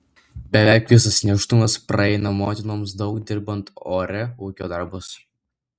beveik visas nėštumas praeina motinoms daug dirbant ore ūkio darbus